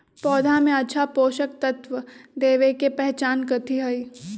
पौधा में अच्छा पोषक तत्व देवे के पहचान कथी हई?